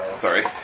Sorry